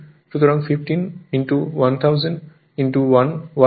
সুতরাং 15 1000 1 ওয়াটের হবে